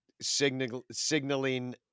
signaling